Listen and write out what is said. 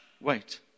wait